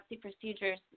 procedures